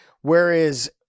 Whereas